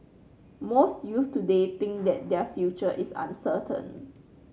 most youths today think that their future is uncertain